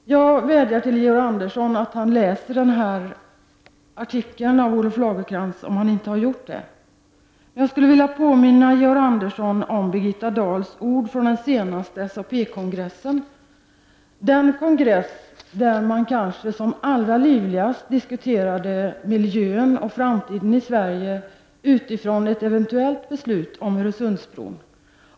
Fru talman! Jag vädjar till Georg Andersson att läsa denna artikel av Olof Lagercrantz, om han inte redan gjort det. Jag skulle vilja påminna Georg Andersson om Birgitta Dahls ord vid den senaste SAP-kongressen, den kongress där man kanske som allra livligast diskuterade miljön och framtiden i Sverige med utgångspunkt i ett eventuellt beslut om en Öresundsbro.